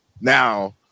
Now